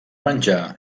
menjar